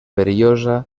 perillosa